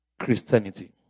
Christianity